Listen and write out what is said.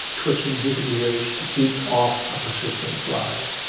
twitching his ears to keep off a persistent fly.